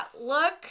look